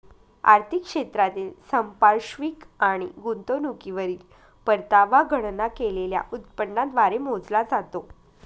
आर्थिक क्षेत्रातील संपार्श्विक आणि गुंतवणुकीवरील परतावा गणना केलेल्या उत्पन्नाद्वारे मोजला जातो